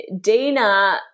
dina